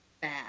bad